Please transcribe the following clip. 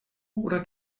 oder